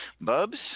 Bubs